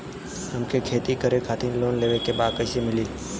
हमके खेती करे खातिर लोन लेवे के बा कइसे मिली?